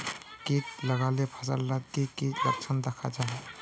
किट लगाले फसल डात की की लक्षण दखा जहा?